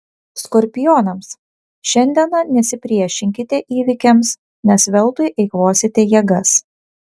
skorpionams šiandieną nesipriešinkite įvykiams nes veltui eikvosite jėgas